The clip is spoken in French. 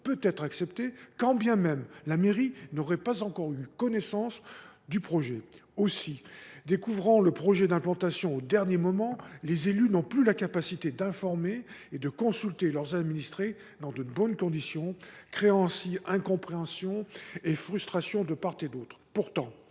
peut être acceptée quand bien même la mairie n’aurait pas encore eu connaissance du projet d’implantation. Aussi, découvrant ce projet au dernier moment, les élus ne sont plus en mesure d’informer et de consulter leurs administrés dans de bonnes conditions, créant ainsi incompréhension et frustration de part et d’autre. Pourtant,